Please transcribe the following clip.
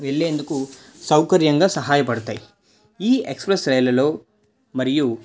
వెళ్లేందుకు సౌకర్యంగా సహాయపడతాయి ఈ ఎక్స్ప్రెస్ రైళ్లల్లో మరియు